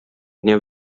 dnia